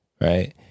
right